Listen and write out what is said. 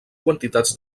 quantitats